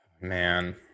Man